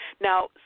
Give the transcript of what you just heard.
Now